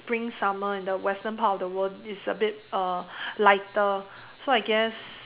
spring summer in the Western part of the world it's a bit uh lighter so I guess